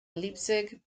leipzig